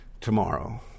tomorrow